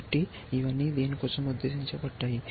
కాబట్టి ఇవన్నీ దేని కోసం ఉద్దేశించబడ్డాయి